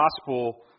gospel